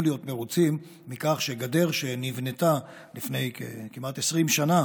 להיות מרוצים מכך שגדר שנבנתה לפני כמעט 20 שנה